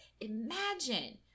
Imagine